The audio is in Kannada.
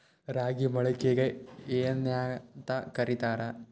ರಾಗಿ ಮೊಳಕೆಗೆ ಏನ್ಯಾಂತ ಕರಿತಾರ?